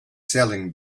selling